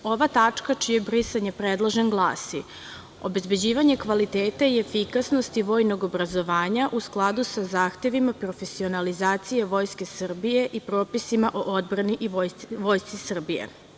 Ova tačka čije brisanje predlažem glasi – Obezbeđivanje kvaliteta i efikasnosti vojnog obrazovanja u skladu sa zahtevima profesionalizacije Vojske Srbije i propisima o odbrani Vojske Srbije.